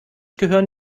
gehören